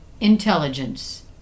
intelligence